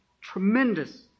tremendous